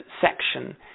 section